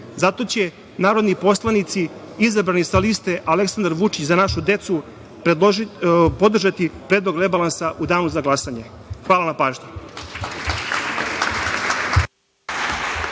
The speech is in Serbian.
Zato će narodni poslanici izabrani sa Liste Aleksandar Vučić – Za našu decu, podržati Predlog rebalansa u danu za glasanje. Hvala na pažnji.